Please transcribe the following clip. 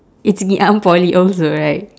it's ngee ann poly also right